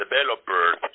developers